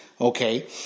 okay